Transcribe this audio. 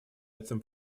этом